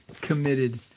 committed